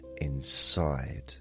inside